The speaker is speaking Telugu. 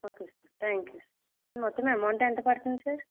okay sir thank you sir మొత్తము అమౌంట్ ఎంత పడుతుంది సార్